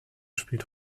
spielt